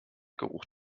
geruch